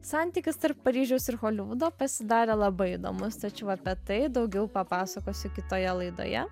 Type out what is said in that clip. santykis tarp paryžiaus ir holivudo pasidarė labai įdomus tačiau apie tai daugiau papasakosiu kitoje laidoje